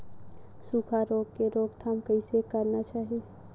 सुखा रोग के रोकथाम कइसे करना चाही?